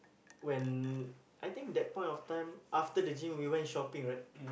when I think that point of time after the gym we went shopping right